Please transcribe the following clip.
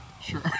Sure